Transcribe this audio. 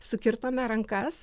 sukirtome rankas